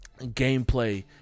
gameplay